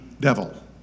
devil